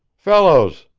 fellows,